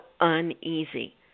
uneasy